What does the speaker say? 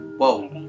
whoa